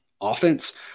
offense